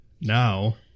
Now